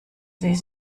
sie